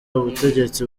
ubutegetsi